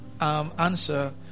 answer